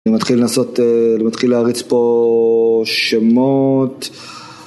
אני מתחיל לנסות... אני מתחיל להריץ פה שמות